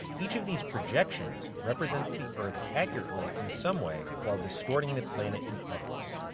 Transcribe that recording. each of these projections represents the earth accurately, in some way, while distorting the planet in others.